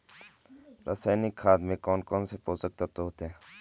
रासायनिक खाद में कौन कौन से पोषक तत्व होते हैं?